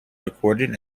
recorded